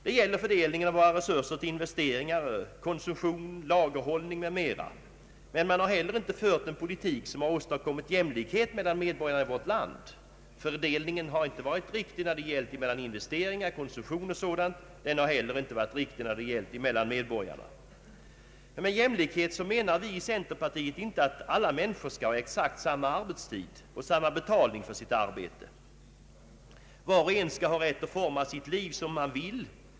Detta gäller fördelningen av våra resurser till investeringar, konsumtion, lagerhållning m.m. Men man har heller inte fört en politik som har åstadkommit jämlikhet mellan medborgarna i vårt land. Fördelningen har inte varit riktig mellan konsumtion och sådant. Den har heller inte varit riktig mellan medborgarna. Med jämlikhet menar vi i centerpartiet inte att alla människor skall ha exakt samma arbetstid och exakt samma betalning för sitt arbete. Var och en skall ha rätt att forma sitt liv som han vill.